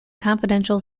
confidential